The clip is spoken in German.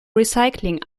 recycling